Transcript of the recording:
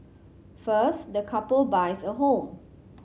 first the couple buys a home